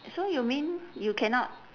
so you mean you cannot